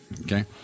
Okay